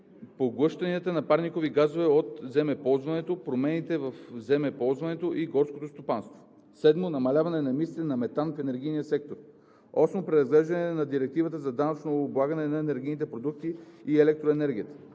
поглъщанията на парникови газове от земеползването, промените в земеползването и горското стопанство. 7. Намаляване на емисиите на метан в енергийния сектор. 8. Преразглеждане на Директивата за данъчно облагане на енергийните продукти и електроенергията.